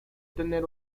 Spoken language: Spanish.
tener